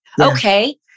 Okay